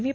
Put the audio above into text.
V